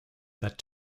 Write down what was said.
that